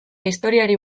historiari